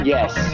Yes